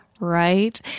right